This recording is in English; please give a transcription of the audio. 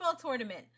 tournament